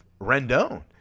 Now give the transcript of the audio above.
Rendon